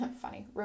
funny